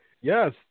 Yes